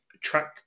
track